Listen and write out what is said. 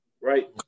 right